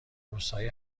روزهای